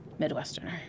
Midwesterner